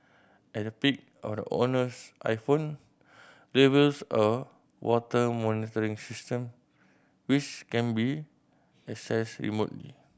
and a peek of the owner's iPhone reveals a water monitoring system which can be accessed remotely